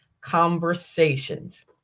conversations